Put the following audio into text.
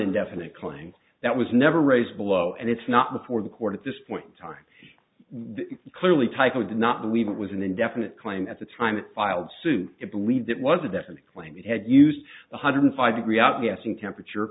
indefinite claim that was never raised below and it's not before the court at this point in time clearly tyco did not believe it was an indefinite claim at the time it filed suit it believed it was a definite claim it had used one hundred five degree outgassing temperature